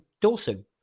Dawson